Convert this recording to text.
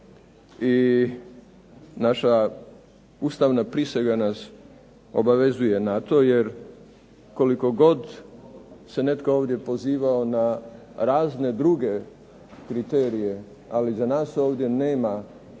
i naša ustavna prisega nas obavezuje na to jer koliko god se netko ovdje pozivao na razne druge kriterije, ali za nas ovdje nema